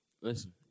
Listen